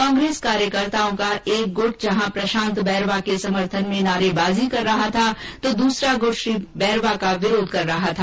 कांग्रेस कार्यकर्ताओं का एक गुट जहां प्रशांत बैरवा के समर्थन में नारेबाजी कर रहा था तो दूसरा गूट श्री बैरवा का विरोध कर रहा था